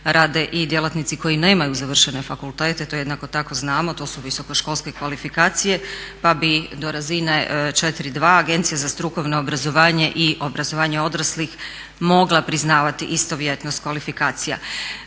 rade i djelatnici koji nemaju završene fakultete. To jednako tako znamo, to su visoko školske kvalifikacije pa bi do razine četiri dva Agencija za strukovno obrazovanje i obrazovanje odraslih mogla priznavati istovjetnost kvalifikacija.